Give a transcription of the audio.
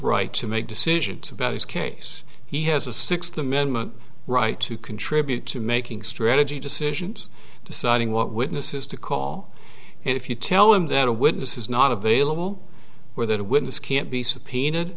right to make decisions about his case he has a sixth amendment right to contribute to making strategy decisions deciding what witnesses to call and if you tell him that a witness is not available where that witness can't be subpoenaed